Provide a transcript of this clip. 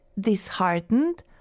disheartened